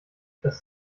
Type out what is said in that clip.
das